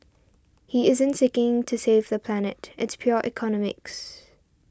he isn't seeking to save the planet it's pure economics